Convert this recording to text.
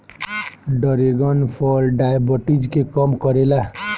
dragon फल diabetes के कम करेला